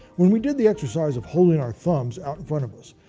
when we did the exercise of holding our thumbs out in front of us,